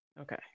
Okay